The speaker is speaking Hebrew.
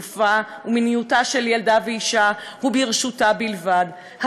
גופה ומיניותה של ילדה ואישה הם ברשותה בלבד,